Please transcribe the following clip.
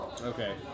Okay